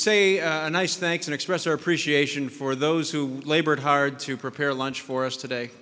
say a nice thanks and express our appreciation for those who labored hard to prepare lunch for us today